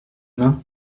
mains